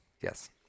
Yes